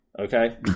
okay